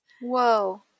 whoa